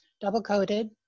double-coated